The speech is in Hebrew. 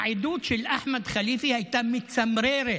העדות של אחמד חליפה הייתה מצמררת.